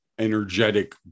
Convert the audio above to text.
energetic